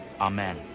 Amen